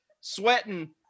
sweating